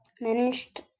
managed